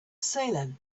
salem